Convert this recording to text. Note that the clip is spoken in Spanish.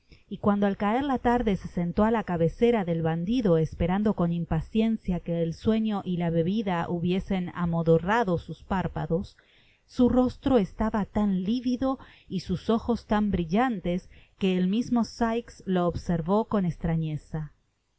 y cuando al caer la tarde se sentó á la cabecera del bandido esperando con impaciencia que el sueño y la bebida hubiesen amodorrado sus párpados su rostro estaba tan livido y sus ojos tan brillantes que el mismo sikes lo observó con estrañeza